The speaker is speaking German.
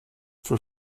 für